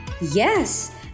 yes